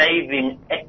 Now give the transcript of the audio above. saving